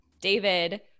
David